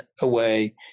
away